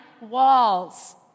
walls